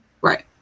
right